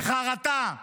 חרטה,